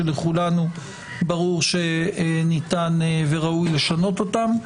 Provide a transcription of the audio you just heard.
כשלכולנו ברור שניתן וראוי לשנות אותן.